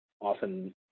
often